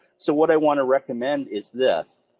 so what i want to recommend is this,